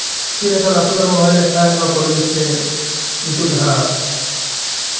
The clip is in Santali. ᱪᱮᱫᱞᱮᱠᱟ ᱞᱟᱹᱴᱩ ᱫᱟᱨᱮ ᱨᱚᱦᱚᱭ ᱞᱮᱠᱷᱟᱡ ᱱᱚᱣᱟ ᱯᱚᱨᱤᱵᱮᱥ ᱨᱮ ᱱᱤᱛᱳᱜ ᱡᱟᱦᱟᱸ